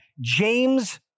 James